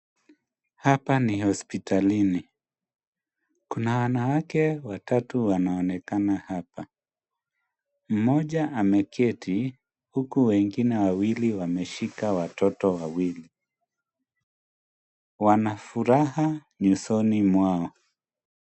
Hapa ni hospitalini. Kuna wanawake watatu wanaonekana hapa. Mmoja ameketi huku wengine wawili wameshika watoto wawili. Wana furaha nyusoni mwao.